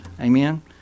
Amen